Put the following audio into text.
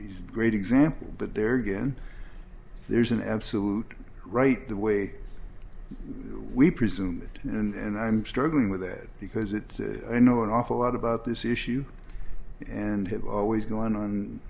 a great example but there again there's an absolute right the way we presume it and i'm struggling with that because it i know an awful lot about this issue and have always gone on